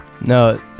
No